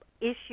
issue